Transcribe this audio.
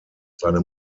seine